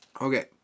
Okay